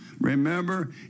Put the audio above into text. Remember